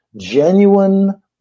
genuine